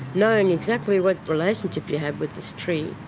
knowing exactly what relationship you have with this tree